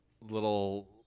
little